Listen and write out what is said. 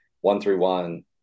one-three-one